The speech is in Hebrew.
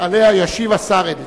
שעליה ישיב השר אדלשטיין.